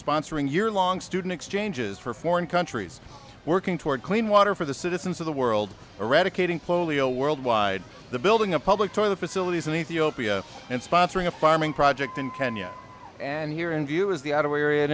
sponsoring year long student exchanges for foreign countries working toward clean water for the citizens of the world eradicating polio worldwide the building a public toilet facilities in ethiopia and sponsoring a farming project in kenya and here in view is the out a